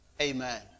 Amen